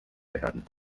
werden